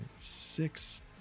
six